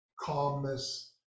calmness